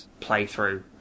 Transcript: playthrough